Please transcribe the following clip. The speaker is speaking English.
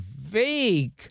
vague